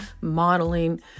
modeling